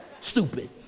stupid